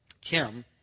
Kim